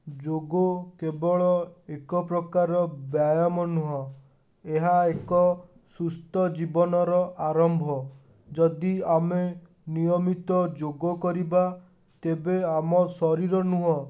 ଯୋଗ କେବଳ ଏକପ୍ରକାର ବ୍ୟାୟାମ ନୁହେଁ ଏହା ଏକ ସୁସ୍ଥ ଜୀବନର ଆରମ୍ଭ ଯଦି ଆମେ ନିୟମିତ ଯୋଗ କରିବା ତେବେ ଆମ ଶରୀର ନୁହେଁ